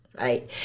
right